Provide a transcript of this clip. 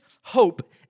hope